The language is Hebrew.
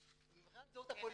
מבחינת זהות הפונים,